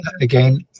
Again